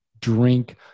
drink